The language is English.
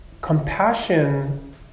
compassion